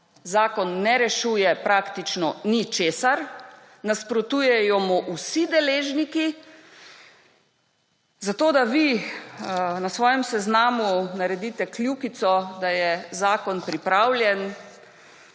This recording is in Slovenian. zakon je rešuje praktično ničesar, nasprotujejo mu vsi deležniki zato, da vi na svojem seznamu naredite kljukico, da je zakon pripravljen.